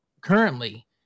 currently